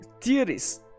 theories